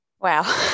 Wow